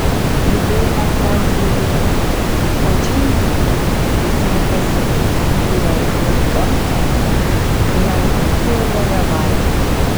judėjimas ją užliūliuoja o džeimsas įsmeigęs akis į burę ir horizontą niaurus vairuoja valtį